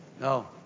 No